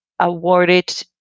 awarded